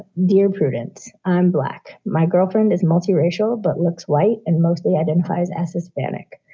dear prudence, i'm black. my girlfriend is multiracial but looks white and mostly identifies as hispanic,